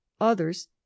others